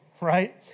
right